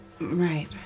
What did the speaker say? Right